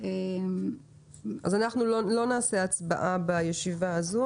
אנחנו לא נעשה הצבעה בישיבה הזאת,